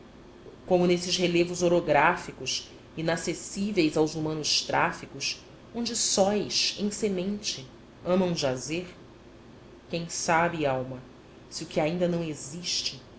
como nesses relevos orográficos inacessíveis aos humanos tráficos onde sóis em semente amam jazer quem sabe alma se o que ainda não existe